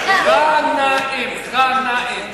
זה ע'נאים.